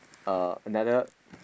a another